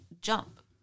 jump